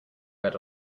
red